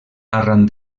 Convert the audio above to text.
arran